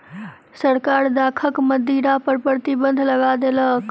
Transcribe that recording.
सरकार दाखक मदिरा पर प्रतिबन्ध लगा देलक